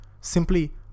simply